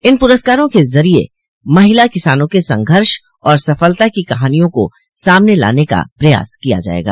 इन पुरस्कारों के ज़रिये महिला किसानों क संघर्ष और सफलता की कहानियों को सामने लाने का प्रयास किया जाएगा